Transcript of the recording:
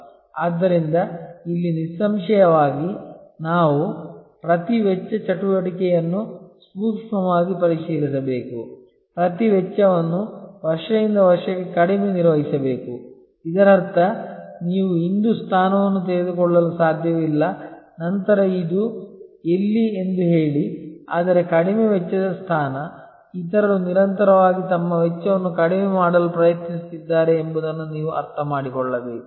ಆದ್ದರಿಂದ ಇಲ್ಲಿ ನಿಸ್ಸಂಶಯವಾಗಿ ನಾವು ಪ್ರತಿ ವೆಚ್ಚ ಚಟುವಟಿಕೆಯನ್ನು ಸೂಕ್ಷ್ಮವಾಗಿ ಪರಿಶೀಲಿಸಬೇಕು ಪ್ರತಿ ವೆಚ್ಚವನ್ನು ವರ್ಷದಿಂದ ವರ್ಷಕ್ಕೆ ಕಡಿಮೆ ನಿರ್ವಹಿಸಬೇಕು ಇದರರ್ಥ ನೀವು ಇಂದು ಸ್ಥಾನವನ್ನು ತೆಗೆದುಕೊಳ್ಳಲು ಸಾಧ್ಯವಿಲ್ಲ ನಂತರ ಇದು ಎಲ್ಸಿ ಎಂದು ಹೇಳಿ ಆದರೆ ಕಡಿಮೆ ವೆಚ್ಚದ ಸ್ಥಾನ ಇತರರು ನಿರಂತರವಾಗಿ ತಮ್ಮ ವೆಚ್ಚವನ್ನು ಕಡಿಮೆ ಮಾಡಲು ಪ್ರಯತ್ನಿಸುತ್ತಿದ್ದಾರೆ ಎಂಬುದನ್ನು ನೀವು ಅರ್ಥಮಾಡಿಕೊಳ್ಳಬೇಕು